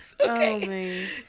Okay